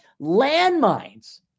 landmines